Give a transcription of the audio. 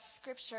scripture